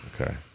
Okay